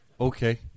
okay